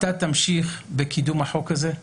יש